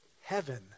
heaven